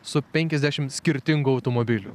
su penkiasdešimt skirtingų automobilių